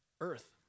earth